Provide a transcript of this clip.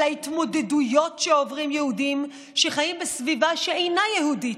על ההתמודדויות שעוברים יהודים שחיים בסביבה שאינה יהודית,